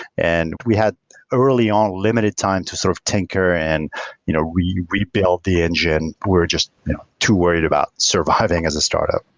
and we had early on limited time to sort of tinker and you know rebuild the engine. we're just too worried about surviving as a startup.